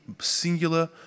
singular